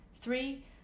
Three